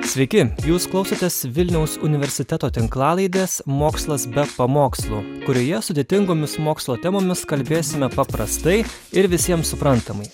sveiki jūs klausotės vilniaus universiteto tinklalaidės mokslas be pamokslų kurioje sudėtingomis mokslo temomis kalbėsime paprastai ir visiems suprantamai